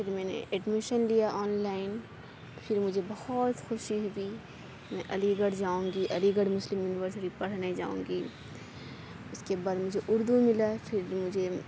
پھر میں نے ایڈمیشن لیا آن لائن پھر مجھے بہت خوشی ہوئی میں علی گڑھ جاؤں گی علی گڑھ مسلم یونیورسٹی پڑھنے جاؤں گی اس کے بعد مجھے اردو ملا پھر مجھے